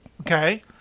Okay